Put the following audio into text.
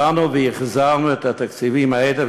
באנו והחזרנו את התקציבים האלה,